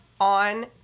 on